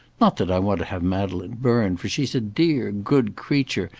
not that i want to have madeleine burned, for she's a dear, good creature,